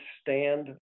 stand